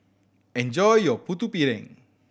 enjoy your Putu Piring